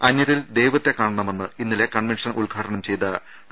അന്യരിൽ ദൈവത്തെ കാണ ണമെന്ന് ഇന്നലെ കൺവെൻഷൻ ഉദ്ഘാടനം ചെയ്ത ഡോ